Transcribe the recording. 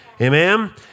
Amen